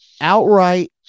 outright